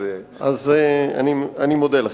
אז אני מודה לכם.